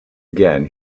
again